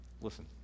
Listen